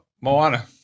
Moana